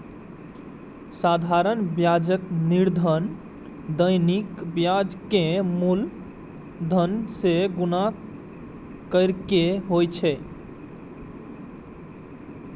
साधारण ब्याजक निर्धारण दैनिक ब्याज कें मूलधन सं गुणा कैर के होइ छै